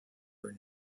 were